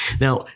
Now